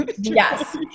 Yes